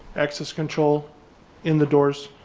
access control in the doors,